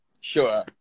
sure